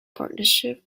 partnership